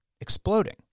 exploding